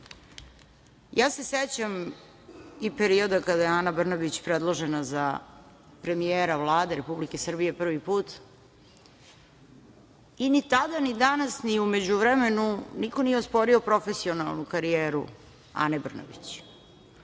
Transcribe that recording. Sećam se i perioda kada je Ana Brnabić predložena za premijera Vlade Republike Srbije prvi put i ni tada, ni danas, ni u međuvremenu niko nije osporio profesionalnu karijeru Ane Brnabić.